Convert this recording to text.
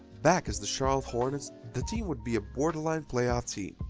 back as the charlotte hornets the team would be a borderline playoff team,